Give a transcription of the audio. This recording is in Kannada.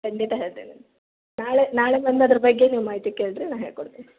ಖಂಡಿತ ಹೇಳ್ತೇನೆ ನಾಳೆ ನಾಳೆ ಬಂದು ಅದ್ರ ಬಗ್ಗೆ ನೀವು ಮಾಹಿತಿ ಕೇಳಿರಿ ನಾ ಹೇಳಿ ಕೊಡ್ತೆ